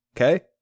Okay